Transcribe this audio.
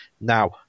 now